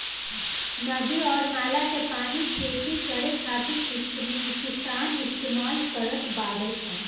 नदी अउर नाला के पानी खेती करे खातिर किसान इस्तमाल करत बाडे सन